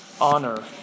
honor